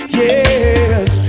yes